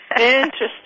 Interesting